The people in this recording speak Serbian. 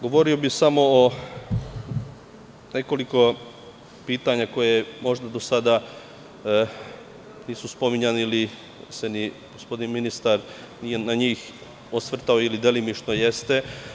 Govorio bih samo o nekoliko pitanja koja možda do sada nisu spominjana ili se ni gospodin ministar nije na njih osvrtao ili delimično jeste.